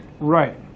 Right